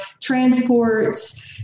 transports